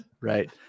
Right